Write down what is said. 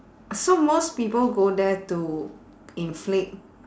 so most people go there to inflict